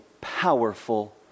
powerful